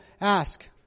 ask